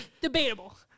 Debatable